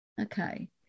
okay